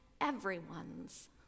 Everyone's